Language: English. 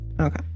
okay